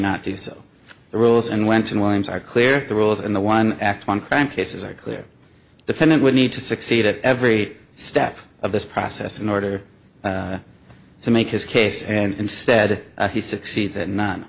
not do so the rules and went on lines are clear the rules in the one act one crime cases are clear defendant would need to succeed at every step of this process in order to make his case and instead he succeeds at non